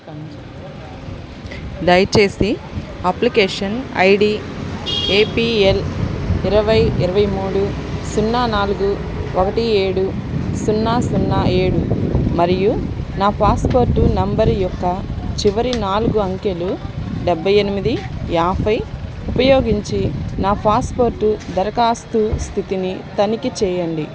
దయచేసి application I D A P L ఇరవై ఇరవై మూడు సున్నా నాలుగు ఒకటి ఏడు సున్నా సున్నా ఏడు మరియు నా పాస్పోర్టు నంబర్ యొక్క చివరి నాలుగు అంకెలు డబ్బై ఎనిమిది యాభై ఉపయోగించి నా పాస్పోర్టు దరఖాస్తు స్థితిని తనిఖీ చేయండి